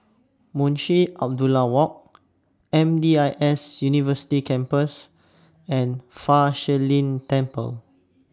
Munshi Abdullah Walk M D I S University Campus and Fa Shi Lin Temple